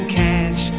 catch